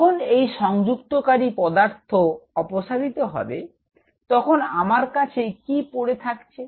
যখন এই সংযুক্তকারী পদার্থ অপসারিত হবে তখন আমার কাছে কি পড়ে থাকছে